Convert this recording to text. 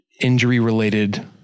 injury-related